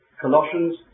Colossians